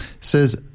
says